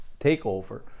takeover